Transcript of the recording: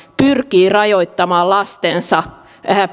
pyrkii rajoittamaan lastensa